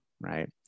right